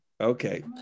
okay